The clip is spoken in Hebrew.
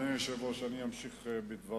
אדוני היושב-ראש, אני אמשיך בדברי,